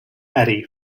eddie